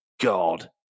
God